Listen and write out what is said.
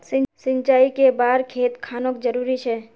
सिंचाई कै बार खेत खानोक जरुरी छै?